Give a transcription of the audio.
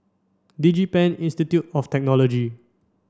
DigiPen Institute of Technology